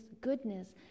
goodness